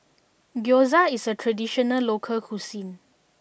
Gyoza is a traditional local cuisine